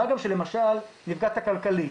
מה גם שלמשל נפגעת כלכלית,